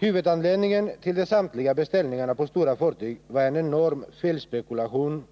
Huvudanledningen till samtliga beställningar på stora fartyg var en enorm felspekulation,